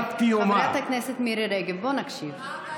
חברת הכנסת מירי רגב, בואו נקשיב.